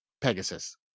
Pegasus